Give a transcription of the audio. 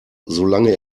solange